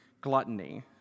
gluttony